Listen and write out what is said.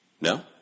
No